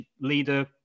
leader